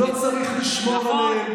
לא צריך לשמור עליהם.